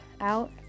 out